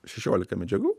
šešiolika medžiagų